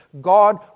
God